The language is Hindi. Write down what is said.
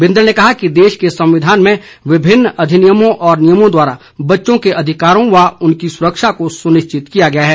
बिंदल ने कहा कि देश के संविधान में विभिन्न अधिनियमों व नियमों द्वारा बच्चों के अधिकारों व उनकी सुरक्षा को सुनिश्चित किया गया है